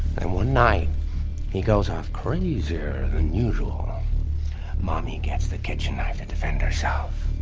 and one night he goes off crazier than usual ah mommy gets the kitchen knife to defend herself.